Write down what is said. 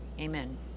amen